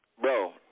Bro